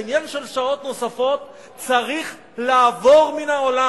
העניין של שעות נוספות צריך לעבור מן העולם.